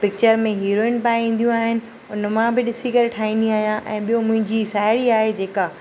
picture में heroine पाहे ईंदियूं आहिनि उन मां बि ॾिसी करे ठाहींदी आहियां ऐं ॿियो मुंहिंजी साहेड़ी आहे जेका